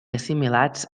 assimilats